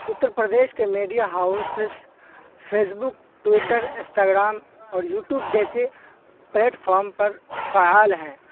اتر پردیش کے media houses Facebook Twitter Instagram اور YouTube جیسے پلیٹ فام پر فعال ہیں